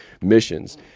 missions